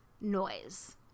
noise